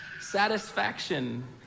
satisfaction